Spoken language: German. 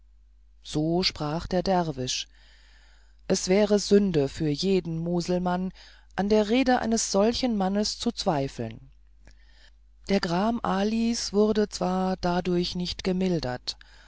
so sprach der derwisch es wäre sünde für jeden muselmann an der rede eines solchen mannes zu zweifeln der gram alis wurde zwar dadurch nicht gemildert